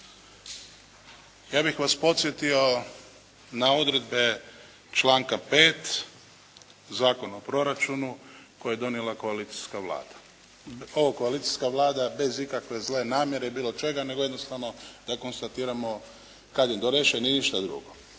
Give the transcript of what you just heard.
Ja bih vas podsjetio na odredbe članka 5. Zakona o proračunu koji je donijela koalicijska Vlada. Ova koalicijska Vlada je bez ikakve zle namjere ili bilo čega, nego jednostavno da konstatiramo kad je donesen i ništa drugo.